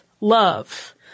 Love